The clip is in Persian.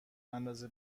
اندازه